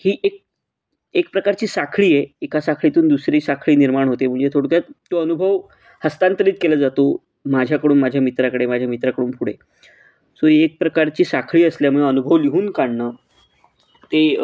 ही एक एक प्रकारची साखळी आहे एका साखळीतून दुसरी साखळी निर्माण होते म्हणजे थोडक्यात तो अनुभव हस्तांतरित केला जातो माझ्याकडून माझ्या मित्राकडे माझ्या मित्राकडून पुढे सो एक प्रकारची साखळी असल्यामुळे अनुभव लिहून काढणं ते